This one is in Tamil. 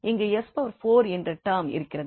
இங்கு 𝑠4 என்ற டெர்ம் இருக்கிறது